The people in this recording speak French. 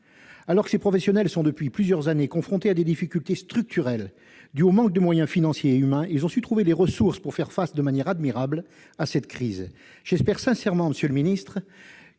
Alors que ces professionnels sont, depuis plusieurs années, confrontés à des difficultés structurelles, dues au manque de moyens financiers et humains, ils ont su trouver les ressources pour faire face de manière admirable à cette crise. J'espère sincèrement que, lorsque